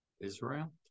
Israel